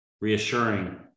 reassuring